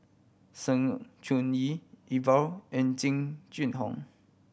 Sng Choon Yee Iqbal and Jing Jun Hong